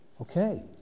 Okay